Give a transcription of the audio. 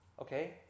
okay